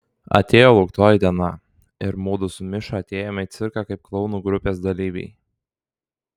atėjo lauktoji diena ir mudu su miša atėjome į cirką kaip klounų grupės dalyviai